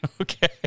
okay